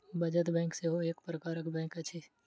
बचत बैंक सेहो एक प्रकारक बैंक अछि